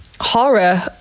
horror